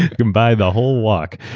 and buy the whole walk.